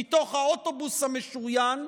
מתוך האוטובוס המשוריין,